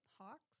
Hawks